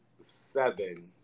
seven